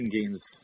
games